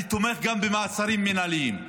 אני תומך גם במעצרים מינהליים,